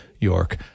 York